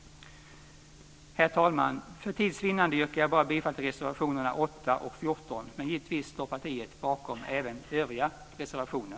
Herr talman! För tids vinnande yrkar jag bifall bara till reservationerna nr 8 och 14, men givetvis står partiet bakom även sina övriga reservationer.